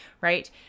Right